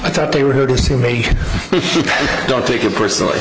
i thought they were heard if you don't take it personally